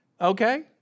Okay